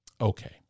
Okay